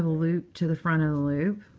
loop to the front of the loop.